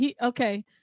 Okay